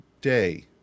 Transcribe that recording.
day